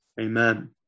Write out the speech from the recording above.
Amen